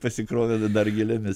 pasikrovė da dar gėlėmis